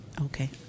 Okay